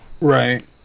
Right